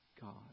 God